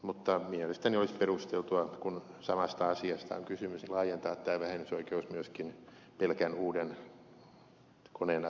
mutta mielestäni olisi perusteltua kun samasta asiasta on kysymys laajentaa tämä vähennysoikeus myöskin pelkän uuden koneen asentamiseen